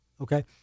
okay